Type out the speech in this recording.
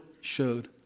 showed